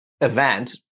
event